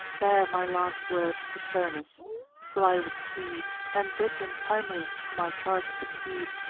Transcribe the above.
bear my last words to turnus fly with speed, and bid him timely to my charge succeed,